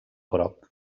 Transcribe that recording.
groc